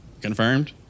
Confirmed